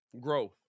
Growth